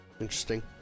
interesting